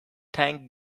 thank